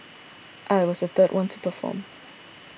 I was the third one to perform